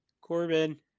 Corbin